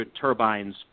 turbines